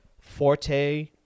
forte